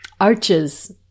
Arches